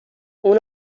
اون